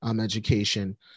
education